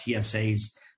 TSA's